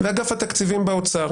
ואגף התקציבים באוצר.